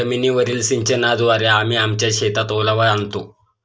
जमीनीवरील सिंचनाद्वारे आम्ही आमच्या शेतात ओलावा आणतो